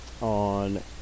on